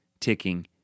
ticking